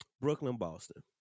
Brooklyn-Boston